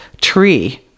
tree